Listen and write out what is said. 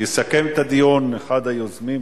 יסכם את הדיון אחד מחברי הכנסת היוזמים,